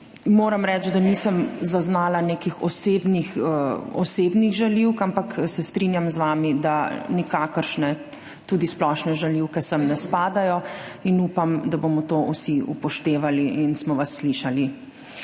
Moram reči, da nisem zaznala nekih osebnih žaljivk, ampak se strinjam z vami, da nikakršne, tudi splošne žaljivke sem ne spadajo in upam, da bomo to vsi upoštevali in smo vas slišali.